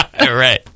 Right